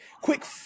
quick